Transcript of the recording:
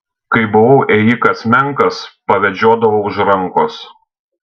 kai buvau ėjikas menkas pavedžiodavo už rankos